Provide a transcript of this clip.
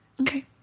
Okay